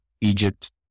Egypt